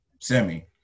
semi